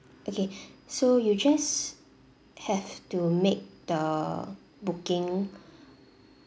okay so you just have to make the booking